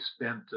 spent